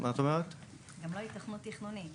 גם לא היתכנות תכנונית.